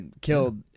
killed